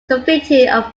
convicted